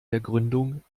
gründung